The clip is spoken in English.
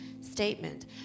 statement